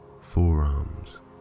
forearms